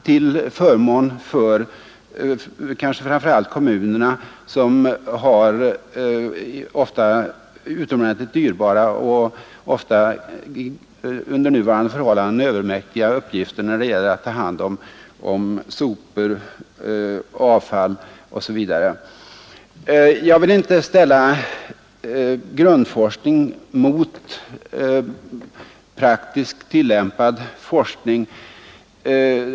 Framför allt gäller detta för kommunerna som ofta har mycket kostnadskrävande och under nuvarande förhållanden övermäktiga uppgifter när det gäller omhändertagande av sopor, rötslam osv. Jag vill inte ställa grundforskning mot praktisk, tillämpad forskning.